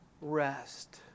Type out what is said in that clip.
rest